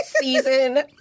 Season